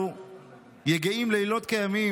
דחליל היא קוראת לי.